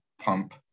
pump